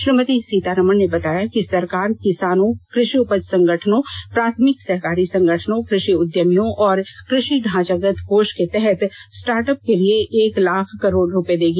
श्रीमती सीतारामन ने बताया कि सरकार किसानों कृषि उपज संगठनों प्राथमिक सहकारी संगठनों कृषि उद्यमियों और कृषि ढांचागत कोष के तहत स्टार्टअप के लिए एक लाख करोड रुपये देगी